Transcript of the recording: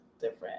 different